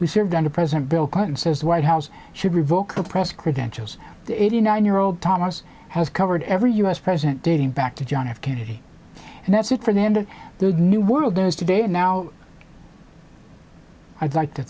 who served under president bill clinton says white house should revoke the press credentials the eighty nine year old thomas has covered every u s president dating back to john f kennedy and that's it for the end of the new world is today and now i'd like to